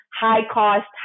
high-cost